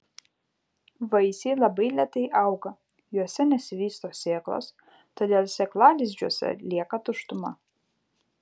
vaisiai labai lėtai auga juose nesivysto sėklos todėl sėklalizdžiuose lieka tuštuma